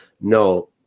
no